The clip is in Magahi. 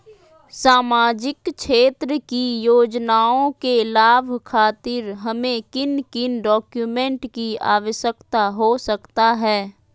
सामाजिक क्षेत्र की योजनाओं के लाभ खातिर हमें किन किन डॉक्यूमेंट की आवश्यकता हो सकता है?